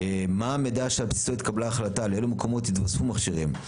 מה המידע שעל בסיסו התקבלה ההחלטה לאלו מקומות יתווספו מכשירים.